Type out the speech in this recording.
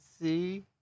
see